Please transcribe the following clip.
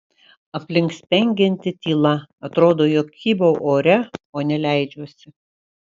aplink spengianti tyla atrodo jog kybau ore o ne leidžiuosi